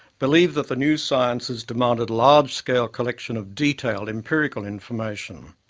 believed that the new sciences demanded large-scale collection of detailed empirical information.